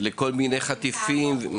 שהן אוכלוסיות חלשות.